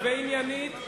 הוגנת ועניינית.